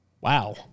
Wow